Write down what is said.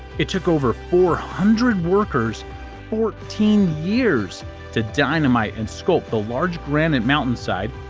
it took over four hundred workers fourteen years to dynamite and sculpt the large granite mountainside,